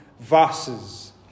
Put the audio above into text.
Verses